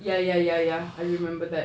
ya ya ya ya I remember that